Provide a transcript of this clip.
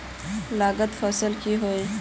लागत फसल की होय?